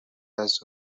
has